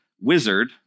wizard